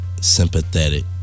Sympathetic